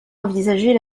envisager